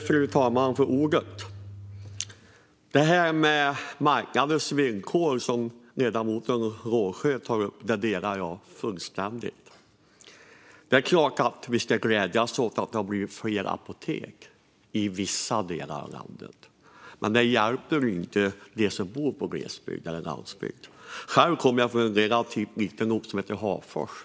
Fru talman! Ledamoten Rågsjö tog upp marknadens villkor, och jag delar hennes uppfattning fullständigt. Det är klart att vi ska glädjas åt att det har blivit fler apotek - i vissa delar av landet. Men det hjälper inte dem som bor i glesbygd eller landsbygd. Själv kommer jag från en relativt liten ort som heter Hagfors.